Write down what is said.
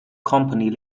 company